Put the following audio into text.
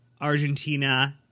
argentina